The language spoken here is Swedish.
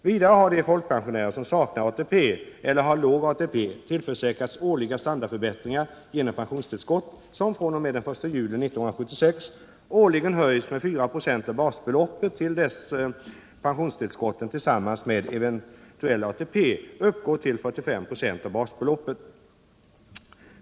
Vidare har de folkpensionärer som saknar ATP eller har låg ATP tillförsäkrats årliga standardförbättringar genom pensionstillskott, som fr.o.m. den 1 juli 1976 årligen höjs med 4 926 av basbeloppet till dess pensionstillskotten tillsammans med eventuell ATP uppgår till 45 96 av basbeloppet.